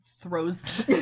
throws